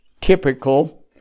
typical